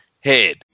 head